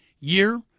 year